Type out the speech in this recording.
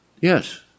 Yes